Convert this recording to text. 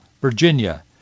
Virginia